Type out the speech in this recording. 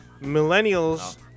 Millennials